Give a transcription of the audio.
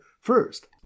first